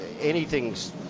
anything's